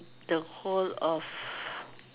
the whole of